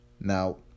Now